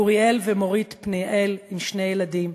אוריאל ומורית פניאל עם שני ילדים,